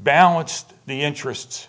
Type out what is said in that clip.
balanced the interests